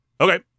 Okay